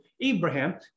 Abraham